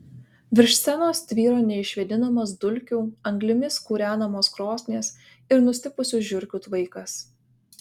virš scenos tvyro neišvėdinamas dulkių anglimis kūrenamos krosnies ir nustipusių žiurkių tvaikas